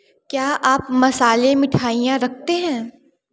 क्या आप मसाले मिठाईयाँ रखते हैं